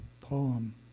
poem